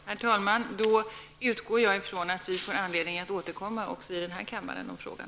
Herr talman! Då utgår jag ifrån att vi också får anledning att återkomma här i kammaren om frågan.